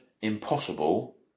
impossible